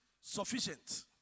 sufficient